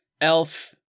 Elf